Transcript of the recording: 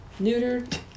neutered